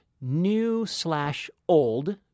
new-slash-old